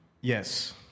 Yes